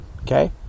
Okay